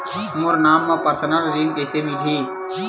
मोर नाम म परसनल ऋण कइसे मिलही?